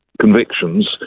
convictions